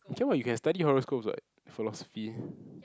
okay what you can study horoscopes what philosophy